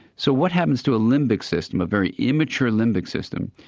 so what happens to a limbic system, a very immature limbic system,